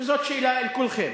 וזאת שאלה אל כולכם,